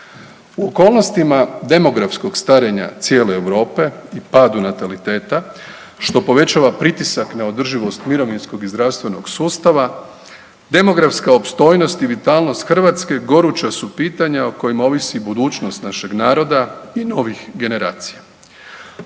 U okolnostima demografskog starenja cijele Europe i padu nataliteta, što povećava pritisak na održivost mirovinskog i zdravstvenog sustava, demografska opstojnost i vitalnost Hrvatske goruća su pitanja o kojima ovisi budućnost našeg naroda i novih generacija.